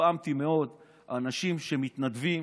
התפעמתי מאוד, אנשים שמתנדבים